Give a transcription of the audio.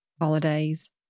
holidays